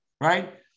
right